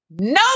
no